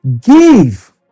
Give